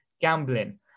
gambling